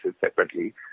separately